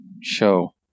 show